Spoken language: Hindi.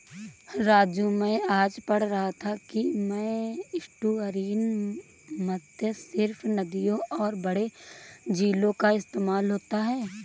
राजू मैं आज पढ़ रहा था कि में एस्टुअरीन मत्स्य सिर्फ नदियों और बड़े झीलों का इस्तेमाल होता है